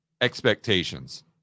expectations